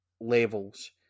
levels